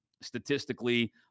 Statistically